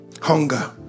Hunger